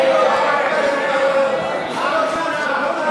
הצעת סיעת העבודה